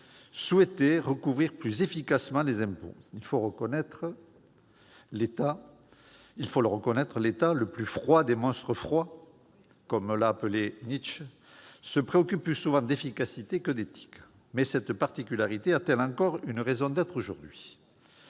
souhaitait recouvrer plus efficacement les impôts. Il faut le reconnaître, l'État, le « plus froid de tous les monstres froids », comme l'a appelé Nietzsche, se préoccupe plus souvent d'efficacité que d'éthique. Mais cette particularité a-t-elle encore une raison d'être aujourd'hui ?